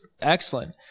excellent